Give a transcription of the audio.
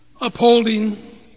upholding